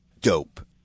Dope